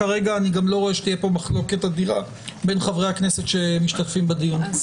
כרגע אני לא רואה שתהיה מחלוקת אדירה בין חברי הכנסת שמשתתפים בדיון.